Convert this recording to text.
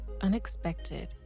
unexpected